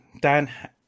Dan